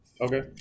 Okay